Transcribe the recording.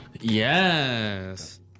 Yes